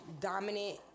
dominant